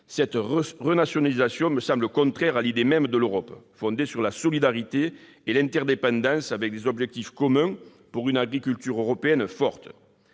cette renationalisation me semble contraire à l'idée même de l'Europe, fondée sur la solidarité et l'interdépendance, avec des objectifs communs pour une agriculture européenne forte.